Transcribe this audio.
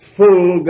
full